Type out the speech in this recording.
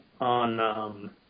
on –